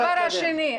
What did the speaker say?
דיברתי עליך.